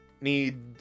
need